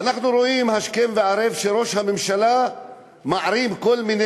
ואנחנו רואים השכם וערב שראש הממשלה מערים כל מיני